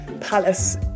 Palace